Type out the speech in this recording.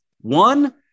One